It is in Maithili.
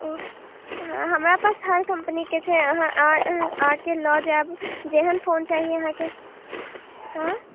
ओ हँ हमरा पास हर कम्पनीके छै अहाँ आइ आके लऽ जायब जेहन फोन चाही अहाँकेँ हँ